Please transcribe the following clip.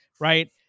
Right